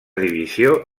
divisió